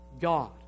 God